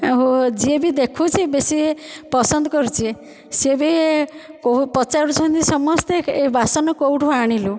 ଆଉ ଯିଏ ବି ଦେଖୁଛି ବି ସିଏ ପସନ୍ଦ କରୁଛି ସିଏବି ପଚାରୁଛନ୍ତି ସମସ୍ତେ ଏ ବାସନ କେଉଁଠୁ ଆଣିଲୁ